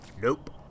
Nope